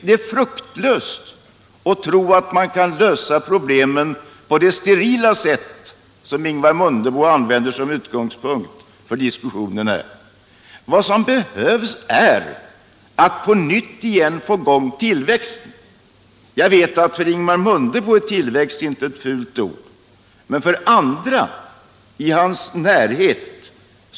Det är fruktlöst att tro att man kan lösa problemen på det sterila sätt som Ingemar Mundebo använder som utgångspunkt för diskussionen här. Vad som behövs är att få i gång tillväxten igen. Jag vet att för Ingemar Mundebo är tillväxt inte något fult ord. men det är det för andra i hans närhet.